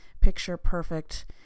picture-perfect